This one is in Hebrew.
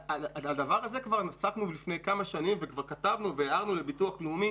בדבר הזה כבר עסקנו לפני כמה שנים וכבר כתבנו והערנו לביטוח לאומי